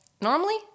normally